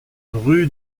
rue